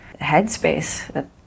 headspace